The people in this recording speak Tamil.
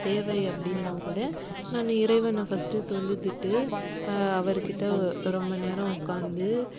தேவை அப்படின்னா கூட நான் இறைவனை ஃபஸ்ட்டு தொழுதுவிட்டு அவர்க்கிட்ட ரொம்ப நேரம் உட்காந்து